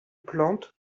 plante